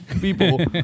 people